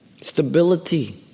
stability